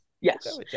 Yes